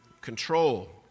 control